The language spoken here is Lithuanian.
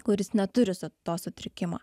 kuris neturi so to sutrikimo